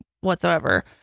whatsoever